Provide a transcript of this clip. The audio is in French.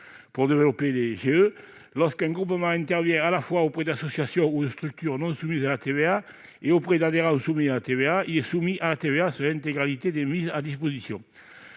d'employeurs. Lorsqu'un groupement intervient à la fois auprès d'associations ou de structures non soumises à la TVA et auprès d'adhérents soumis à la TVA, il est lui-même soumis à la TVA sur l'intégralité des mises à disposition.